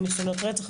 בניסיונות רצח.